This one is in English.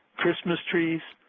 christmas trees,